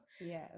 yes